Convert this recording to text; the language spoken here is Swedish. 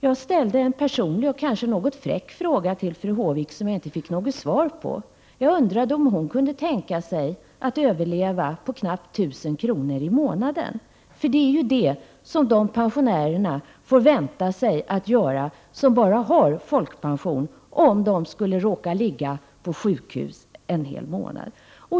Jag ställde en personlig och kanske något fräck fråga till fru Håvik, som jag inte fick svar på. Jag undrade om hon kunde tänka sig att överleva på knappt 1 000 kr. i månaden — det är vad de pensionärer får lov att göra som bara har folkpension, om de skulle råka ligga på sjukhus en hel månad.